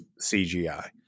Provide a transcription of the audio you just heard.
CGI